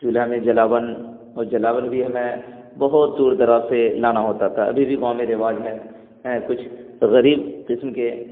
چولہا میں جلاون اور جلاون بھی ہمیں بہت دور دراز سے لانا ہوتا تھا ابھی بھی گاؤں میں رواج ہے ایں کچھ غریب قسم کے